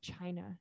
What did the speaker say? China